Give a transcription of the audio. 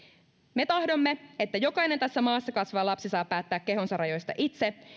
me tahdomme että jokainen tässä maassa kasvava lapsi saa päättää kehonsa rajoista itse